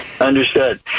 Understood